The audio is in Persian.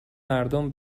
مردم